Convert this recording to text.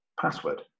password